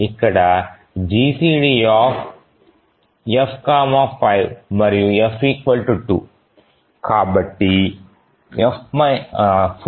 ఇక్కడ GCDF 5 మరియు F 2 కాబట్టి 4 1 ≤ 5